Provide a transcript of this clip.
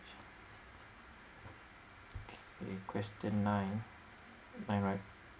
eh question nine nine right